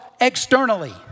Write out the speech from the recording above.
externally